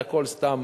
בינתיים, הכול סתם